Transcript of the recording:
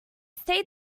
stayed